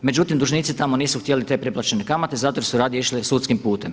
Međutim, dužnici tamo nisu htjeli te preplaćene kamate zato jer su radije išli sudskim putem.